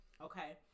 Okay